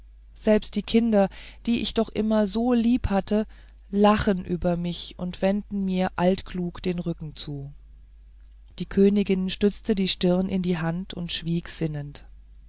selbst die kinder die ich doch immer so liebhatte lachen über mich und wen den mir altklug den rücken zu die königin stützte die stirne in die hand und schwieg sinnend